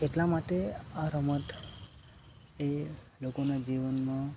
એટલા માટે આ રમત એ લોકોના જીવનમાં